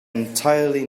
entirely